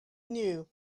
knew